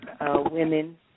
women